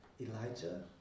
Elijah